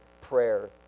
prayer